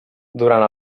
durant